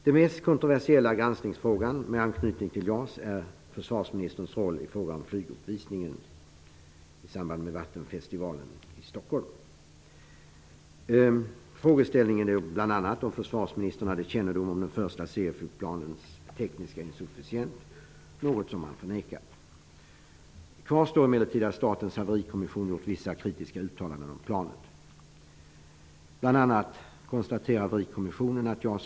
KMF:s kontroversiella granskningsfråga med anknytning till JAS är försvarsministerns roll i fråga om flyguppvisningen i samband med Vattenfestivalen i Stockholm. Frågeställningen gäller bl.a. om försvarsministern hade kännedom om de första serieflygplanens tekniska insufficiens, något som man förnekar. Kvar står emellertid att statens haverikommission gjort vissa kritiska uttalanden om planet.